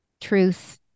truth